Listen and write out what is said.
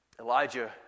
Elijah